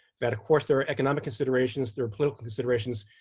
that of course there are economic considerations. there are political considerations.